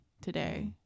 today